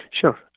sure